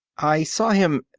i saw him,